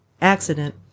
accident